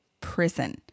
prison